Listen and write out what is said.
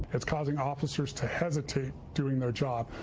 it's causing officers to hesitate doing their job.